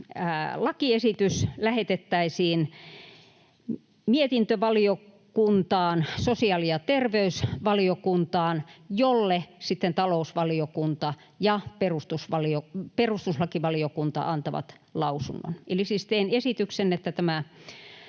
lakiesitys lähetettäisiin mietintöä varten sosiaali- ja terveysvaliokuntaan, jolle sitten talousvaliokunta ja perustuslakivaliokunta antavat lausunnon. Eli siis teen esityksen, että tämä